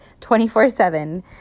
24-7